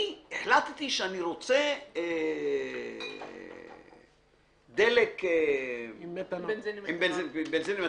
אני החלטתי שאני רוצה בנזין מתנול.